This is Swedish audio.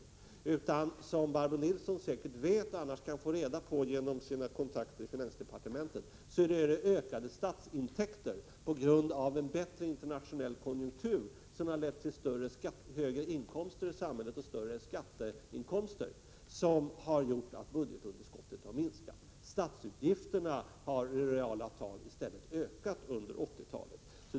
Det beror i stället — som Barbro Nilsson säkert vet eller annars kan ta reda på genom sina kontakter i finansdepartementet — på ökade statsintäkter som har sin grund i en bättre internationell konjunktur. Denna högre konjunktur har medfört högre inkomster för samhället, i form av bl.a. större skatteintäkter. Allt detta har gjort att budgetunderskottet har minskat. Statsutgifterna har i reala tal i stället ökat under 80-talet.